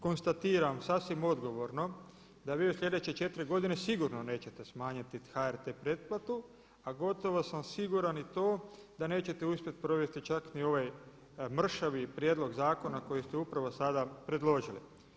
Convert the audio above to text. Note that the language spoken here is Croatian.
Konstatiram sasvim odgovorno da vi u sljedeće 4 godine sigurno nećete smanjiti HRT pretplatu a gotovo sam siguran i to da nećete uspjeti provesti čak ni ovaj mršavi prijedlog zakona koji ste upravo sada predložili.